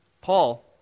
Paul